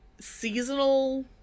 seasonal